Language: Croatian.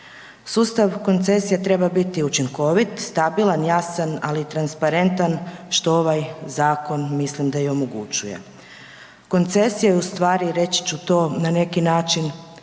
Sustav koncesije treba biti učinkovit, stabilan, jasan, ali i transparentan što ovaj zakon mislim da i omogućuje. Koncesija je u stvari, reći ću to, na neki način